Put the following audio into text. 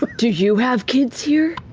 do you have kids here?